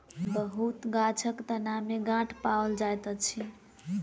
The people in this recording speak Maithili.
बहुत गाछक तना में गांठ पाओल जाइत अछि